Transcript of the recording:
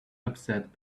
upset